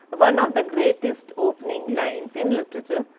one of the greatest opening lines in literature,